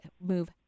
move